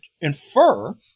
infer